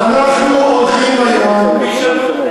אז אנחנו הולכים היום, וישנו.